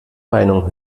meinung